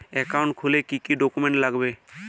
Account খুলতে কি কি ডকুমেন্ট লাগবে?